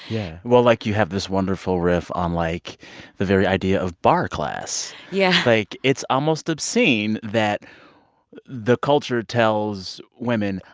yeah. well, like, you have this wonderful riff on, like, the very idea of barre class yeah like, it's almost obscene that the culture tells women,